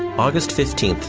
august fifteen,